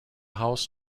house